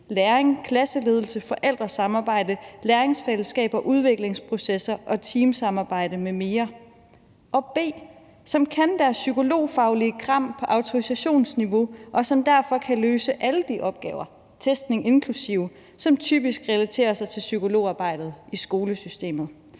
læring, klasseledelse, forældresamarbejde, læringsfællesskab og udviklingsprocesser og teamsamarbejde m.m., og som B) kan deres psykologfaglige kram på autorisationsniveau, og som derfor kan løse alle de opgaver, testning inklusive, som typisk relaterer sig til psykologarbejdet i skolesystemet.